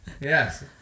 Yes